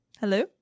Hello